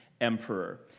emperor